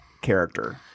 character